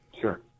Sure